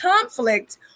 conflict